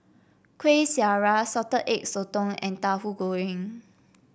Kueh Syara Salted Egg Sotong and Tauhu Goreng